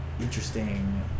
interesting